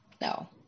No